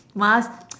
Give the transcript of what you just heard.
must